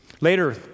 Later